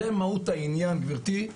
זה מהות הענין גבירתי,